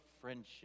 friendship